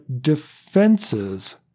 defenses